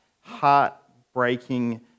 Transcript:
heartbreaking